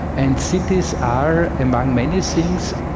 and cities are, among many things,